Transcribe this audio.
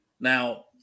Now